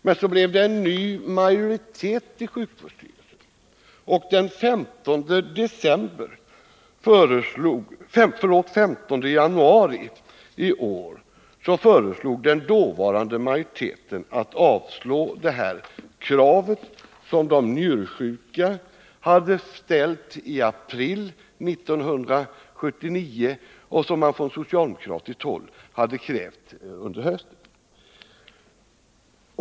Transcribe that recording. Men så blev det en ny majoritet i sjukvårdsstyrelsen, och den 15 januari i år beslöt den dåvarande majoriteten att avslå det krav som de njursjuka hade ställt i april 1979 och som man från socialademokratiskt håll hade fört fram under hösten.